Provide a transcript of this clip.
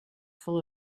full